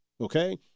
Okay